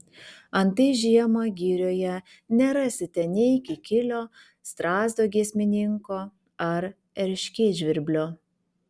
antai žiemą girioje nerasite nei kikilio strazdo giesmininko ar erškėtžvirblio